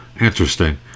Interesting